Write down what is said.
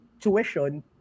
tuition